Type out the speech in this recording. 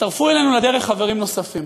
הצטרפו אלינו לדרך חברים נוספים.